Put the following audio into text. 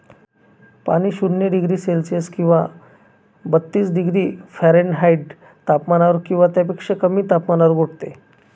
पाणी शून्य degree Celsius किंवा बत्तीस डिग्री फॅरेनहाईट तापमानावर किंवा त्यापेक्षा कमी तापमानावर गोठते